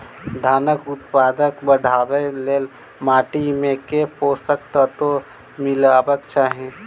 धानक उत्पादन बढ़ाबै लेल माटि मे केँ पोसक तत्व मिलेबाक चाहि?